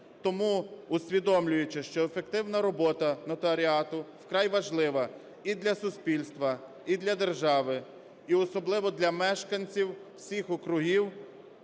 Тому усвідомлюючи, що ефективна робота нотаріату вкрай важлива і для суспільства, і для держави, і особливо для мешканців всіх округів,